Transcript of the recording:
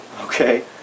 Okay